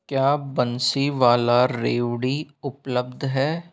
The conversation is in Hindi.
क्या बंसीवाला रेवड़ी उपलब्ध है